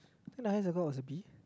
think highest I got was a B